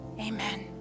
Amen